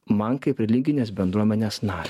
man kaip religinės bendruomenės na